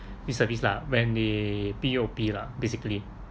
reservist lah when they P_O_P lah basically